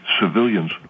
civilians